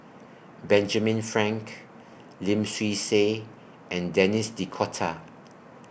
Benjamin Frank Lim Swee Say and Denis D'Cotta